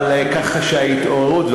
אבל ככה שההתעוררות,